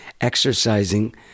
exercising